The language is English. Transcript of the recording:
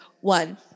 one